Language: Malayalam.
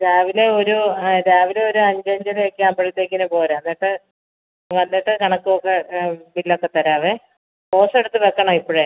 രാവിലെ ഒരു ആ രാവിലെ ഒരഞ്ചഞ്ചര ഒക്കെ ആവുമ്പോഴത്തേക്കിന് പോരാ എന്നിട്ട് വന്നിട്ട് കണക്കും ഒക്കെ ബില്ലൊക്കെ തരാവേ റോസെടുത്ത് വെക്കണം ഇപ്പോഴേ